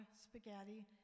spaghetti